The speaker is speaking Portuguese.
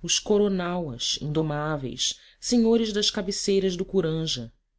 os coronauas indomáveis senhores das cabeceiras do